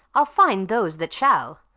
i'll find those that shall.